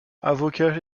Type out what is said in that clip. avocat